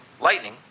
lightning